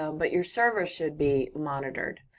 ah but your server should be monitored.